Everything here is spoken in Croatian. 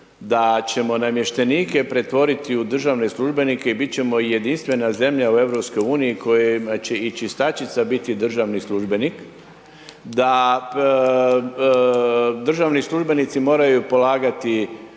da ćemo namještenike pretvoriti u državne službenike i bit ćemo jedinstvena zemlja u EU kojima će i čistačica biti državni službenik, da državni službenici moraju polagati